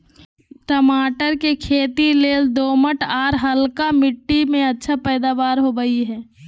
टमाटर के खेती लेल दोमट, आर हल्का मिट्टी में अच्छा पैदावार होवई हई